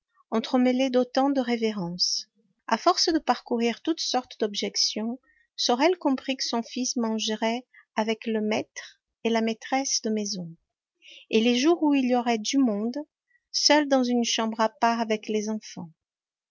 entremêlées d'autant de révérences a force de parcourir toutes sortes d'objections sorel comprit que son fils mangerait avec le maître et la maîtresse de maison et les jours où il y aurait du monde seul dans une chambre à part avec les enfants